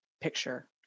picture